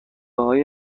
های